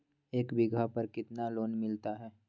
एक बीघा पर कितना लोन मिलता है?